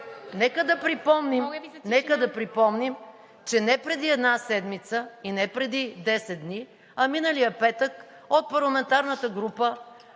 ...нека да припомним, че не преди една седмица и не преди 10 дни, а миналия петък от парламентарната група